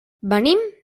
venim